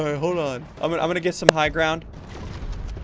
ah hold on. i'm gonna i'm gonna get some high ground